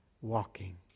walking